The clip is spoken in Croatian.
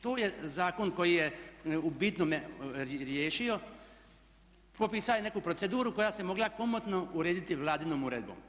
To je zakon koji je u bitnome riješio, propisao je neku proceduru koja se mogla komotno urediti vladinom uredbom.